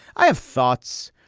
i have thoughts.